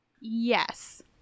Yes